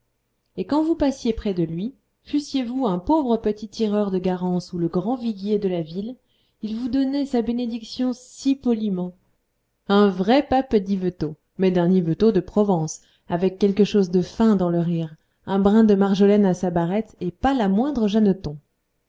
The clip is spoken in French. et quand vous passiez près de lui fussiez-vous un pauvre petit tireur de garance ou le grand viguier de la ville il vous donnait sa bénédiction si poliment un vrai pape d'yvetot mais d'un yvetot de provence avec quelque chose de fin dans le rire un brin de marjolaine à sa barrette et pas la moindre jeanneton